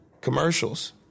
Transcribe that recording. commercials